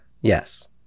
Yes